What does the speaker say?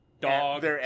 Dog